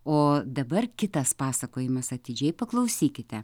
o dabar kitas pasakojimas atidžiai paklausykite